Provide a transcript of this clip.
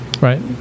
Right